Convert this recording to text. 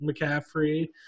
McCaffrey